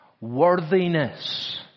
Worthiness